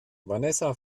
vanessa